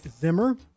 Zimmer